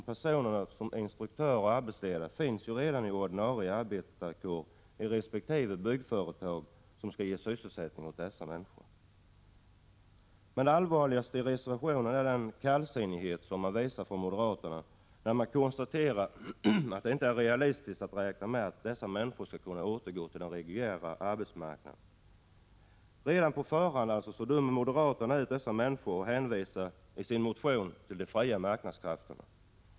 Personer såsom instruktörer och arbetsledare finns redan och ingår i den ordinarie arbetarkåren i resp. byggföretag som ger sysselsättning åt dessa människor. Men det allvarligaste i reservationen är den kallsinnighet som moderaterna visar när man konstaterar att det inte är realistiskt att räkna med att dessa människor skall kunna återgå till den reguljära arbetsmarknaden. Redan på förhand dömer moderaterna ut dessa människor. I sin motion hänvisar man till de fria marknadskrafterna.